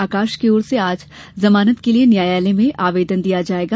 आकाश की ओर से आज जमानत के लिये न्यायालय में आवेदन दिया जायेगा